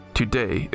today